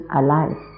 alive